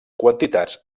quantitats